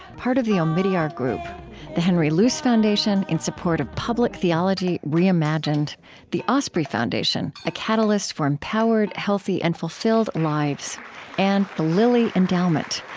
part of the omidyar group the henry luce foundation, in support of public theology reimagined the osprey foundation, a catalyst for empowered, healthy, and fulfilled lives and the lilly endowment,